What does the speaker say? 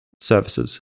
services